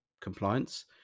compliance